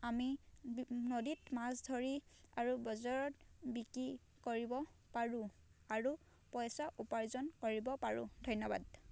আমি বি নদীত মাছ ধৰি আৰু বজাৰত বিক্ৰী কৰিব পাৰোঁ আৰু পইচা উপাৰ্জন কৰিব পাৰোঁ ধন্যবাদ